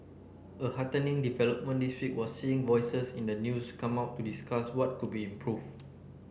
a heartening development this week was seeing voices in the news come out to discuss what could be improve